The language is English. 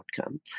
outcome